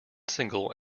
single